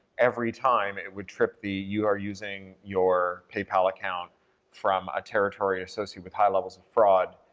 every time it would trip the, you are using your paypal account from a territory associated with high levels of fraud.